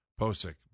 Posick